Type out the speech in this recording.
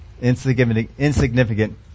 insignificant